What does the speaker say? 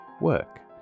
work